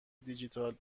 دیجیتال